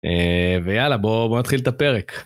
ויאללה, בואו נתחיל את הפרק.